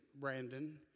Brandon